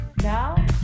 Now